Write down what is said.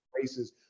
races